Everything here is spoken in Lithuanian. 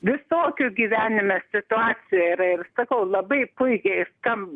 visokių gyvenime situacijų yra ir sakau labai puikiai skam